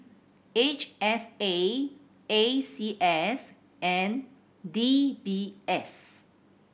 H S A A C S and D B S